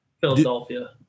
Philadelphia